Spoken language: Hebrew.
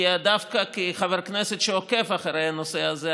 כי דווקא כחבר כנסת שעוקב אחרי הנושא הזה,